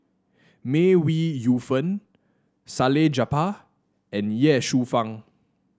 May Ooi Yu Fen Salleh Japar and Ye Shufang